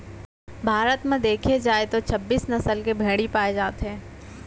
भारत म देखे जाए तो छब्बीस नसल के भेड़ी पाए जाथे